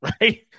right